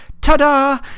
ta-da